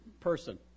person